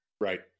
Right